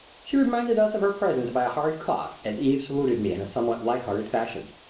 she reminded us of her presence by a hard cough as eve saluted me in a somewhat light-hearted fashion.